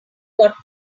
got